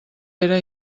era